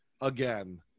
again